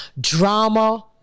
drama